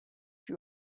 you